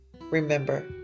remember